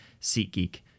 SeatGeek